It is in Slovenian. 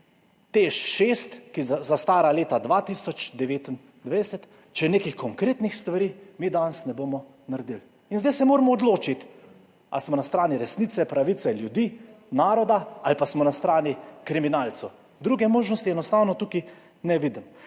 tudi TEŠ6, ki zastara leta 2029, če nekih konkretnih stvari mi danes ne bomo naredili. Zdaj se moramo odločiti, ali smo na strani resnice, pravice ljudi, naroda ali pa smo na strani kriminalcev. Druge možnosti enostavno tukaj ne vidim.